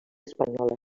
espanyola